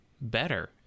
better